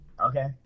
Okay